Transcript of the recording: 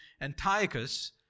Antiochus